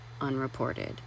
unreported